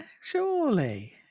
surely